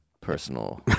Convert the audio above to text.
Personal